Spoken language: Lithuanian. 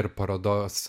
ir parodos